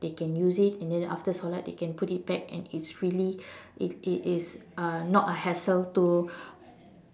they can use it and then after solat they can put it back and it's really it it is uh not a hassle to